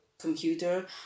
computer